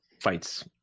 fights